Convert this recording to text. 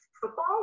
football